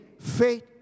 faith